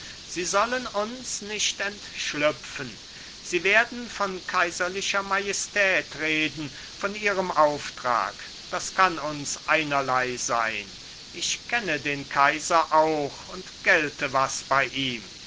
sie sollen uns nicht entschlüpfen sie werden von kaiserlicher majestät reden von ihrem auftrag das kann uns einerlei sein ich kenne den kaiser auch und gelte was bei ihm